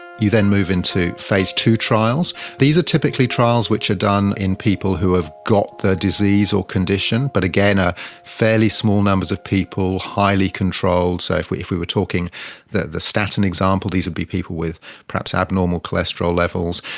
you then move into phase two trials. these are typically trials which are done in people who have got the disease or condition, but again are fairly small numbers of people, highly controlled. so if we if we were talking the the statin example, these would be people with perhaps abnormal cholesterol levels,